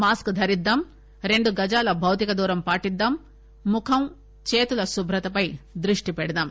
mask ధరిద్దాం రెండు గజాల భౌతిక దూరం పాటిద్దాం ముఖం చేతుల శుభ్రతపై దృష్టి పెడదాం